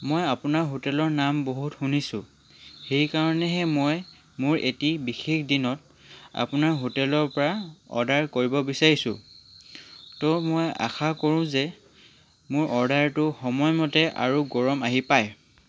মই আপোনাৰ হোটেলৰ নাম বহুত শুনিছোঁ সেই কাৰণেহে মই মোৰ এটি বিশেষ দিনত আপোনাৰ হোটেলৰ পৰা অৰ্ডাৰ কৰিব বিচাৰিছোঁ ত' মই আশা কৰোঁ যে মোৰ অৰ্ডাৰটো সময়মতে আৰু গৰম আহি পায়